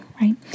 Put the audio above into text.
right